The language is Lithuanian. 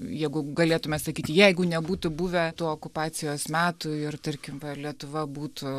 jeigu galėtume sakyti jeigu nebūtų buvę tų okupacijos metų ir tarkim va lietuva būtų